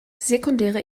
sekundäre